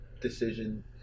decision